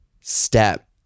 step